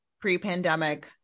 pre-pandemic